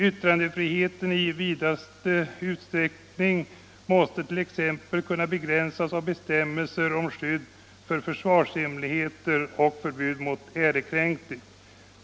Yttrandefriheten i vidsträckt mening måste t.ex. kunna begränsas av bestämmelser om skydd för försvarshemligheter och förbud mot ärekränkning.